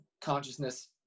consciousness